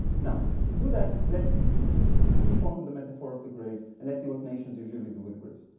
now to do that, let's keep on the metaphor of the grave, and let's see what nations usually do with the grave.